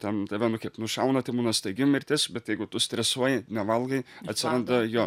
ten tave nu kaip nušauna tai būna staigi mirtis bet jeigu tu stresuoji nevalgai atsiranda jo